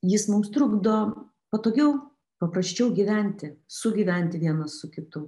jis mums trukdo patogiau paprasčiau gyventi sugyventi vienas su kitu